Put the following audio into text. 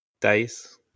dice